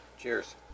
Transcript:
Cheers